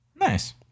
Nice